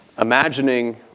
Imagining